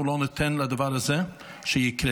אנחנו לא ניתן לדבר הזה שיקרה.